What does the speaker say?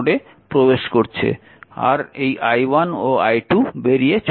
আর এই i1 ও i2 বেরিয়ে চলে যাচ্ছে